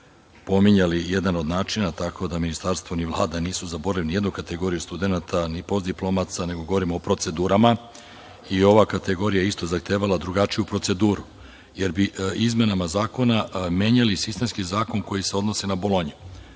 pominjali jedan od načina, tako da ni Ministarstvo ni Vlada nisu zaboravili ni jednu kategoriju studenata, ni postdiplomaca, nego govorim o procedurama i ova kategorija je zahtevala drugačiju proceduru, jer bi izmenama zakona menjali sistemski zakon koji se odnosi na Bolonju. Ako